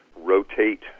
rotate